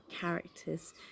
characters